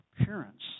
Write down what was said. appearance